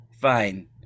Fine